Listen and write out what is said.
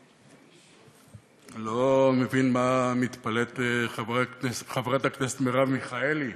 אני לא מבין מה מתפלאת חברת הכנסת מרב מיכאלי.